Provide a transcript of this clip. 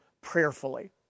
prayerfully